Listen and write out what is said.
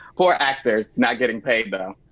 poor actors not getting paid though.